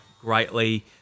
greatly